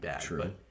true